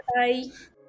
-bye